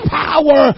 power